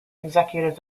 executive